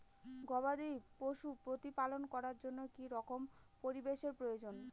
গবাদী পশু প্রতিপালন করার জন্য কি রকম পরিবেশের প্রয়োজন?